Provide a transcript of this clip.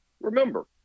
Remember